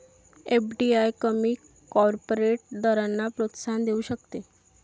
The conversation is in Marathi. एफ.डी.आय कमी कॉर्पोरेट दरांना प्रोत्साहन देऊ शकते